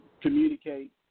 communicate